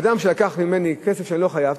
אדם שלקח ממני כסף שאני לא חייב,